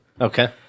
Okay